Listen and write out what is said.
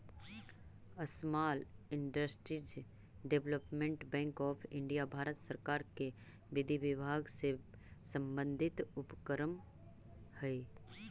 small industries development bank of India Bharat सरकार के विधि विभाग से संबंधित उपक्रम हइ